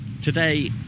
Today